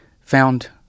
found